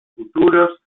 futuros